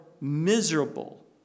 miserable